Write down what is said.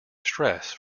stress